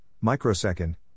microsecond